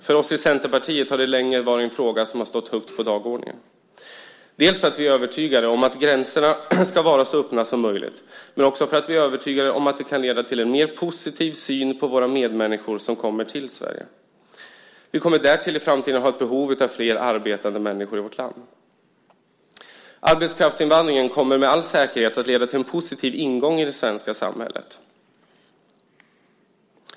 För oss i Centerpartiet har det länge varit en fråga som har stått högt på dagordningen, dels för att vi är övertygade om att gränserna ska vara så öppna som möjligt, dels för att vi är övertygade om att det kan leda till en mer positiv syn på våra medmänniskor som kommer till Sverige. Vi kommer därtill i framtiden att ha ett behov av flera arbetande människor i vårt land. Arbetskraftsinvandringen kommer med all säkerhet att leda till en positiv ingång i det svenska samhället.